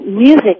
music